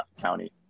county